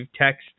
text